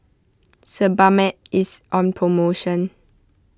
Sebamed is on promotion